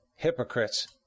hypocrites